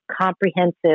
comprehensive